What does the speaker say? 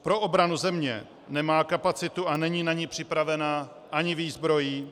Pro obranu země nemá kapacitu a není na ni připravená ani výzbrojí.